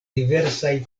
diversaj